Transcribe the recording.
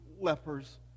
lepers